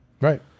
right